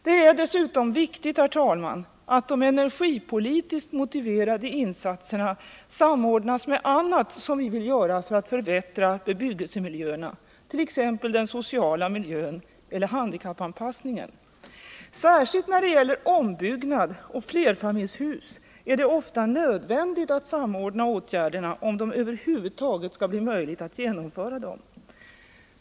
Det är dessutom viktigt, herr talman, att de energipolitiskt motiverade insatserna samordnas med annat som vi vill göra för att förbättra bebyggelsemiljöerna — t.ex. den sociala miljön eller handikappanpassningen. Särskilt när det gäller ombyggnad och flerfamiljshus är det ofta nödvändigt att samordna åtgärderna om det över huvud taget skall bli möjligt att genomföra dem.